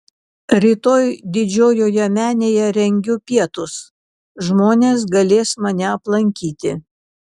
rytoj didžiojoje menėje rengiu pietus žmonės galės mane aplankyti